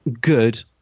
good